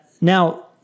Now